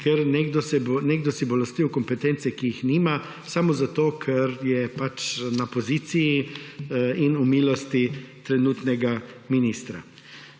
ker nekdo si bo lastil kompetence, ki jih nima, samo zato ker je pač na poziciji in v milosti trenutnega ministra.